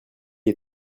est